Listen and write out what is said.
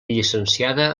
llicenciada